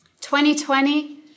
2020